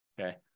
okay